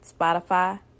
Spotify